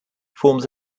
forms